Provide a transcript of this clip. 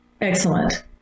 excellent